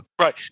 Right